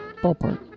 ballpark